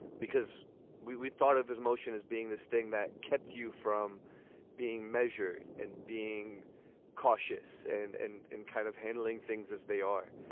because we we thought of emotion as being this thing that kept you from being measured and being cautious and and and kind of handling things as they are.